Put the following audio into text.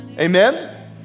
Amen